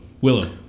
Willow